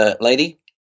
lady